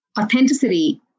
authenticity